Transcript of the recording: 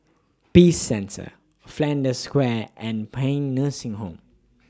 Peace Centre Flanders Square and Paean Nursing Home